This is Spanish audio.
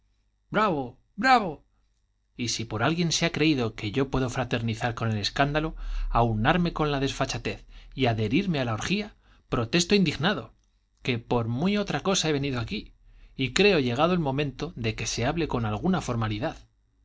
bravo bravo y si por alguien se ha creído que yo puedo fraternizar con el escándalo aunarme con la desfachatez y adherirme a la orgía protesto indignado que a muy otra cosa he venido aquí y creo llegado el momento de que se hable con alguna formalidad